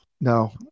no